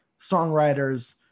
songwriters